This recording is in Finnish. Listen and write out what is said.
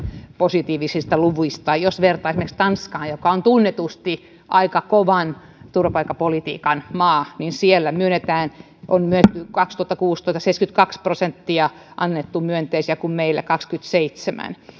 positiivisista luvista jos vertaa esimerkiksi tanskaan joka on tunnetusti aika kovan turvapaikkapolitiikan maa niin siellä on vuonna kaksituhattakuusitoista annettu seitsemänkymmentäkaksi prosenttia myönteisiä kun meillä kaksikymmentäseitsemän